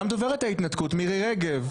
גם דוברת ההתנתקות, מירי רגב.